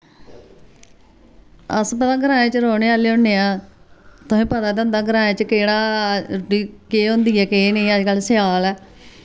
अस भला ग्राएं च रोह्ने आह्ले होने आं तुसें पता ते होंदा ग्राएं च केह्ड़ा रुट्टी केह् होंदी ऐ केह् नेईं अज्जकल स्याल ऐ